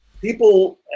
people